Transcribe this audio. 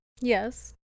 Yes